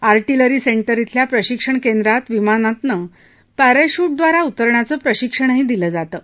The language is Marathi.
आर्टिलरी सेंटर इथल्या प्रशिक्षण केंद्रात विमानातनं पॅराशूटद्वारा उतरण्याचं प्रशिक्षणही दिलं जातं